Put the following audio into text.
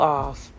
off